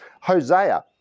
Hosea